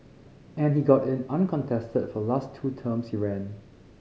and he got in uncontested for last two terms he ran